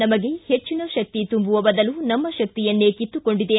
ನಮಗೆ ಹೆಜ್ಜಿನ ಶಕ್ತಿ ತುಂಬುವ ಬದಲು ನಮ್ಮ ಶಕ್ತಿಯನ್ನೇ ಕಿತ್ತುಕೊಂಡಿದೆ